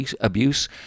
abuse